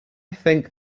think